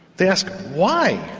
they ask, why?